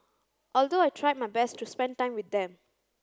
although I tried my best to spend time with them